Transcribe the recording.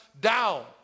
down